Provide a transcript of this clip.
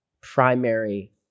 Primary